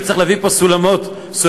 וצריך להביא פה סולמות וחבלים,